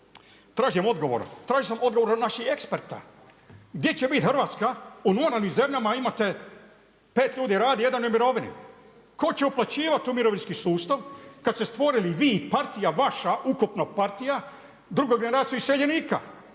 Tražim odgovor, tražio sam odgovor od naših eksperta. Gdje će biti Hrvatska u ruralnim zemljama imate 5 ljudi radi a jedan u mirovini. Tko će uplaćivati u mirovinski sustav kad ste stvorili vi i partija vaša ukupna partija drugu generaciju iseljenika.